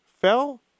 fell